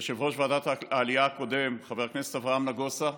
יושב-ראש ועדת העלייה הקודם חבר הכנסת אברהם נגוסה.